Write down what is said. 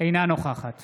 אינה נוכחת